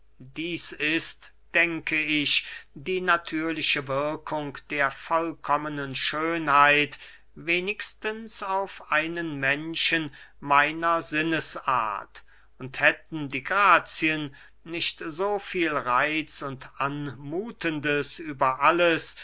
dieß ist denke ich die natürliche wirkung der vollkommenen schönheit wenigstens auf einen menschen meiner sinnesart und hätten die grazien nicht so viel reitz und anmuthendes über alles